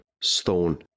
stone